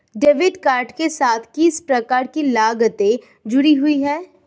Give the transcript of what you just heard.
Debit card के साथ किस प्रकार की लागतें जुड़ी हुई हैं?